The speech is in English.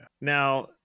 now